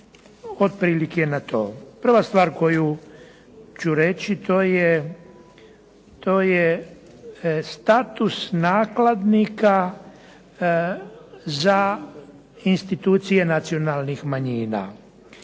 otprilike na to. Prva stvar koju ću reći to je status nakladnika za institucije nacionalnih manjina.